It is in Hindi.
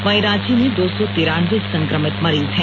वहीं रांची में दो सौ तिरानबे संक्रमित मरीज हैं